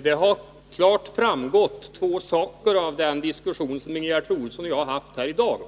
Herr talman! Två saker har klart framgått av diskussionen mellan Ingegerd Troedsson och mig här i dag.